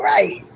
Right